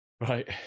right